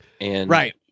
Right